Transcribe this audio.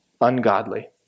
ungodly